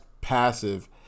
passive